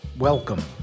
Welcome